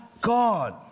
God